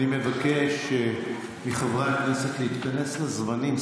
אני מבקש מחברי הכנסת להתכנס לזמנים,